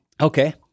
Okay